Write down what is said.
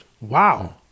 Wow